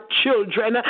children